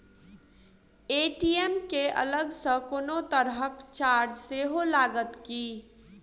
ATM केँ अलग सँ कोनो तरहक चार्ज सेहो लागत की?